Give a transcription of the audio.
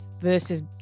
versus